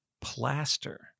plaster